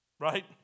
Right